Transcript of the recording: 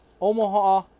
Omaha